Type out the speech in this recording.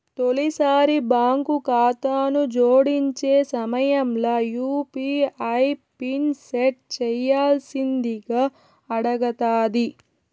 తొలిసారి బాంకు కాతాను జోడించే సమయంల యూ.పీ.ఐ పిన్ సెట్ చేయ్యాల్సిందింగా అడగతాది